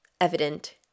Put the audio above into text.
evident